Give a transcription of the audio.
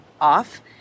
off